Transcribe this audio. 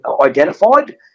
identified